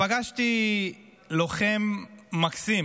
פגשתי לוחם מקסים.